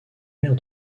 mère